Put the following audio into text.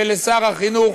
ולשר החינוך